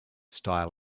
style